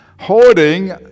Hoarding